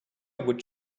would